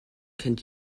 kennt